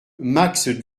max